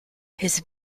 his